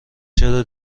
چرا